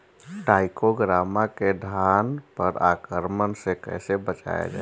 टाइक्रोग्रामा के धान पर आक्रमण से कैसे बचाया जाए?